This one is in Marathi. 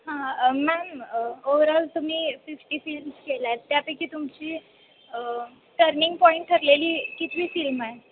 हां मॅम ओव्हरॉल तुम्ही फिफ्टी फिल्म्स केल्या आहेत त्यापैकी तुमची टर्निंग पॉईंट ठरलेली कितवी फिल्म आहे